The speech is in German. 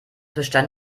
bestand